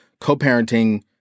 co-parenting